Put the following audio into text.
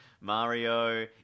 Mario